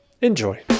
enjoy